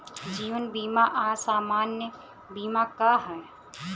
जीवन बीमा आ सामान्य बीमा का ह?